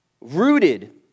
rooted